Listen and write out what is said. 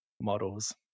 models